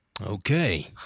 Okay